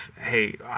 hey